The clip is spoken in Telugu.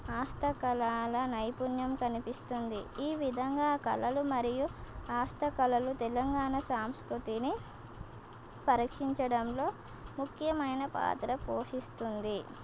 హస్త కళల నైపుణ్యం కనిపిస్తుంది ఈ విధంగా కళలు మరియు హస్త కళలు తెలంగాణ సాంస్కృతిని పరీక్షించడంలో ముఖ్యమైన పాత్ర పోషిస్తుంది